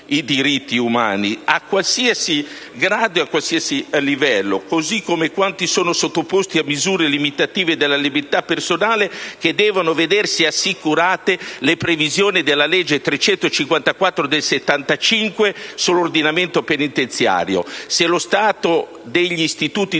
i diritti umani, a qualsiasi grado e a qualsiasi livello. Così pure quanti sono sottoposti a misure limitative della libertà personale devono vedersi assicurate le previsioni della legge n. 354 del 1975 sull'ordinamento penitenziario. Se lo stato degli istituti di